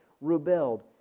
Rebelled